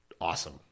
awesome